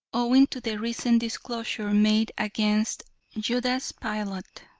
owing to the recent disclosure made against judas pilate,